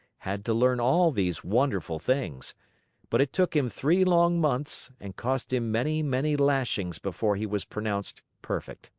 had to learn all these wonderful things but it took him three long months and cost him many, many lashings before he was pronounced perfect.